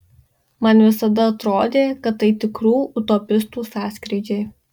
man visada atrodė kad tai tikrų utopistų sąskrydžiai